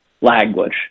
language